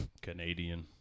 canadian